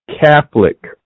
Catholic